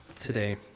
today